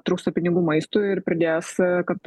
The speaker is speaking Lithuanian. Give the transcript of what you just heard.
trūksta pinigų maistui ir pridės kad